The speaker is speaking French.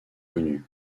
connues